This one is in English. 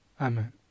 Amen